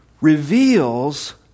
reveals